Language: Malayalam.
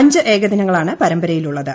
അഞ്ച് ഏകദിനങ്ങളാണ് പരമ്പരയിൽ ഉള്ളത്